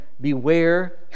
Beware